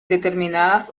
determinadas